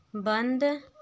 बंद